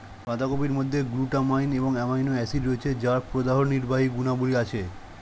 বাঁধাকপির মধ্যে গ্লুটামাইন এবং অ্যামাইনো অ্যাসিড রয়েছে যার প্রদাহনির্বাহী গুণাবলী আছে